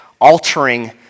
altering